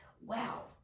wow